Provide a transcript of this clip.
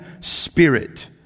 spirit